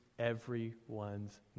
everyone's